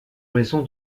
raison